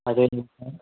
అదే